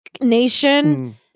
nation